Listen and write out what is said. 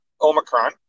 Omicron